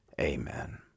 Amen